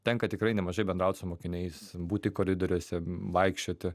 tenka tikrai nemažai bendraut su mokiniais būti koridoriuose vaikščioti